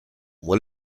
what